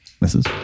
misses